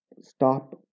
stop